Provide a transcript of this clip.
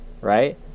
right